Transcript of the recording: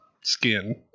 skin